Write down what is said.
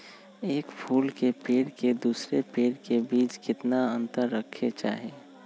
एक फुल के पेड़ के दूसरे पेड़ के बीज केतना अंतर रखके चाहि?